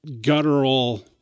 guttural